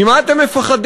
ממה אתם מפחדים?